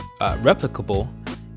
replicable